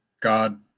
God